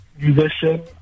musician